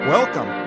Welcome